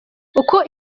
uko